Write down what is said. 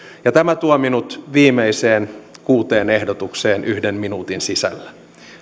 tämä tuo minut viimeiseksi kuuteen ehdotukseen yhden minuutin sisällä